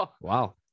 Wow